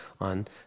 on